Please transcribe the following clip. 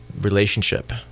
relationship